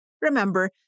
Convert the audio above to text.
Remember